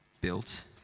built